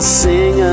sing